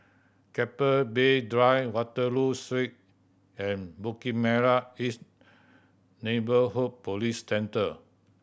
Keppel Bay Drive Waterloo Street and Bukit Merah East Neighbourhood Police Centre